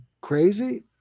Crazy